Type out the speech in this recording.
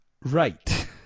right